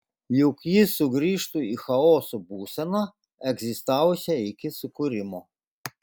juk ji sugrįžtų į chaoso būseną egzistavusią iki sukūrimo